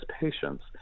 patients